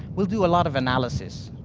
we'll do a lot of analysis.